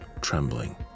trembling